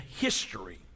history